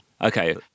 Okay